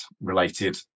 related